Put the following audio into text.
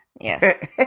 Yes